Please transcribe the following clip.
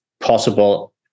possible